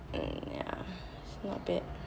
ya it's not bad